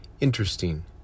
interesting